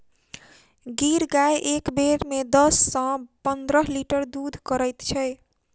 गिर गाय एक बेर मे दस सॅ पंद्रह लीटर दूध करैत छै